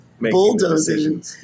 bulldozing